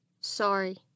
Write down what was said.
sorry